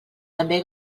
també